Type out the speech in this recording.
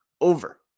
over